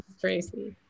Tracy